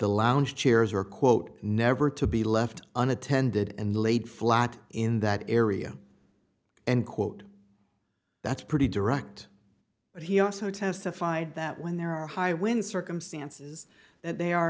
the lounge chairs are quote never to be left unattended and laid flat in that area and quote that's pretty direct but he also testified that when there are high wind circumstances they are